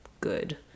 good